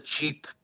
cheap